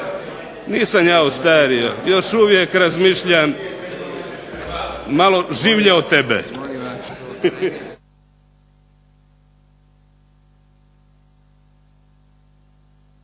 Nisam ja ostario. Još uvijek razmišljam malo življe od tebe!